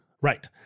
Right